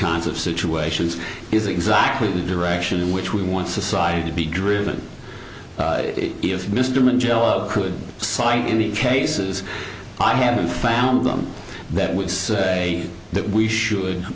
kinds of situations is exactly the direction in which we want society to be driven if mr magellan could cite any cases i haven't found them that would say that we should